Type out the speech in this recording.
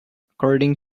according